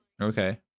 okay